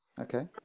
Okay